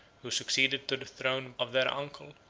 who succeeded to the throne of their uncle,